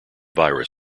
virus